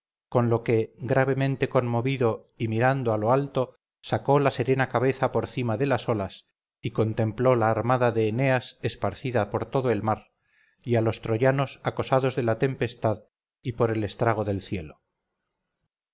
con lo que gravemente conmovido y mirando a lo alto sacó la serena cabeza por cima de las olas y contempló la armada de eneas esparcida por todo el mar y a los troyanos acosados de la tempestad y por el estrago del cielo